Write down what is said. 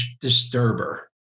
disturber